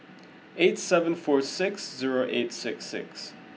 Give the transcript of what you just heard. eight seven four six zero eight six six